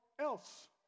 else